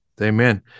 Amen